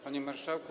Panie Marszałku!